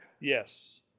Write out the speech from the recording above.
Yes